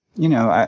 you know,